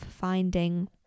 finding